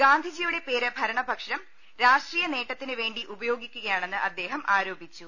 ഗാന്ധിജിയുടെ പേര് ഭരണപ്ക്ഷം രാഷ്ട്രീയ നേട്ടത്തിന് വേണ്ടി ഉപയോഗിക്കുകയാണെന്ന് അദ്ദേഹം ആരോപിച്ചു